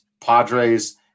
Padres